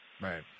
Right